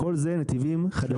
כל זה נתיבים חדשים.